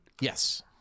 yes